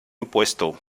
impuesto